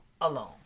alone